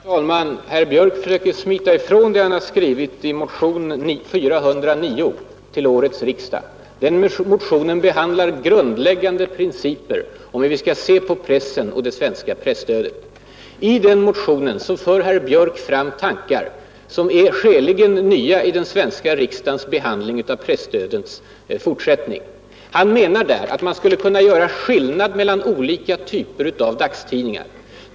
Herr talman! Herr Björk i Göteborg försöker här smita ifrån vad han har skrivit i motionen 409 till årets riksdag. Den motionen behandlar grundläggande principer om hur vi skall se på pressen och på det svenska presstödet. Herr Björk för där fram tankar, som är skäligen nya i den svenska riksdagens behandling av presstödets fortsättning. Herr Björk menar att man skulle kunna göra skillnad mellan olika typer av dagstidningar.